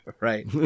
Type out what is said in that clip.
right